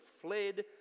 fled